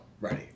ready